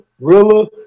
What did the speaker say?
Rilla